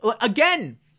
Again